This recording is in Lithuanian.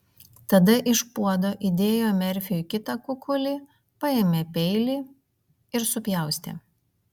tada iš puodo įdėjo merfiui kitą kukulį paėmė peilį ir supjaustė